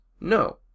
no